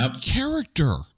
character